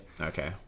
Okay